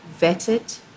vetted